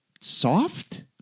soft